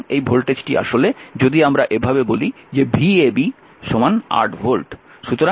সুতরাং এই ভোল্টেজটি আসলে যদি আমরা এভাবে বলি যে Vab 8 ভোল্ট